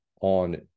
on